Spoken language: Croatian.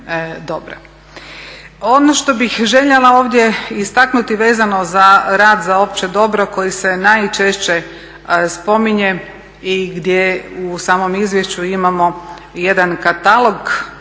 Ono što bih željela ovdje istaknuti vezano za rad za opće dobro koji se najčešće spominje i gdje u samom izvješću imamo jedan katalog